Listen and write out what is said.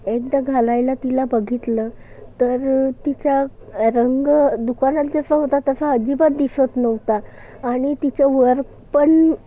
एकदा घालायला तिला बघितलं तर तिचा रंग दुकानात जसा होता तसा अजिबात दिसतं नव्हता आणि तिचं वर्क पण